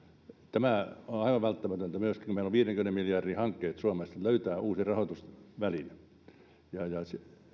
tämä on myöskin aivan välttämätöntä kun meillä on viidenkymmenen miljardin hankkeet suomessa löytää uusi rahoitusväline ja